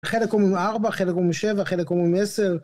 חלק אומרים 4, חלק אומרים 7, חלק אומרים 10